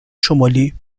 شمالی